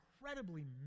incredibly